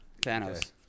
Thanos